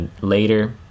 later